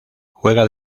juega